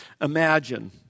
imagine